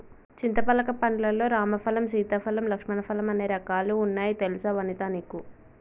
చింతపలక పండ్లు లల్లో రామ ఫలం, సీతా ఫలం, లక్ష్మణ ఫలం అనే రకాలు వున్నాయి తెలుసా వనితా నీకు